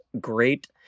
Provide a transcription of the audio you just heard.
great